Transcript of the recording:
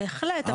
בהחלט,